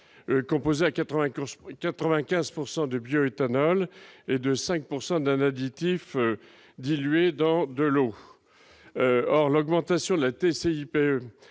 composé à 95 % de bioéthanol et à 5 % d'un additif dilué dans de l'eau. L'augmentation de la TICPE